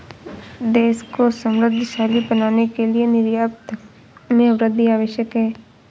देश को समृद्धशाली बनाने के लिए निर्यात में वृद्धि आवश्यक है